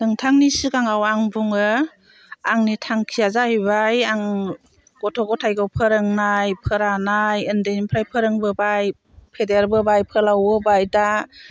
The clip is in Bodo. नोंथांनि सिगाङाव आं बुङो आंनि आं थांखिया जाहैबाय गथ' गथायखौ फोरोंनाय फोरानाय उन्दैनिफ्राय फोरोंबोबाय फेदेरबोबाय फोलावबोबाय दा